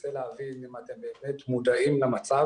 מנסה להבין אם אתם באמת מודעים למצב